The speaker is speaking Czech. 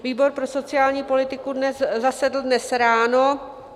Výbor pro sociální politiku zasedl dnes ráno.